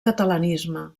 catalanisme